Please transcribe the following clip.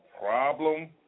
problem